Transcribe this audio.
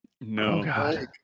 No